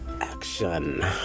action